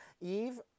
eve